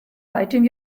item